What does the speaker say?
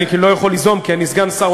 אולי אני לא יכול ליזום כי אני סגן שר,